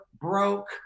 broke